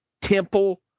temple